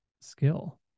skill